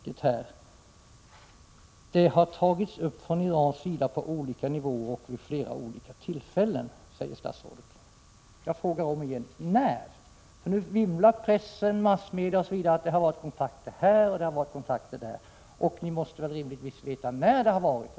Det heter där: ”Frågan om möjligheten att köpa svensk krigsmateriel har tagits upp från iransk sida på olika nivåer och vid flera olika tillfällen.” Jag frågar omigen: När? Press och andra massmedia vimlar nu av uppgifter om att det har förekommit kontakter i olika sammanhang, och ni måste rimligtvis veta när sådana har skett.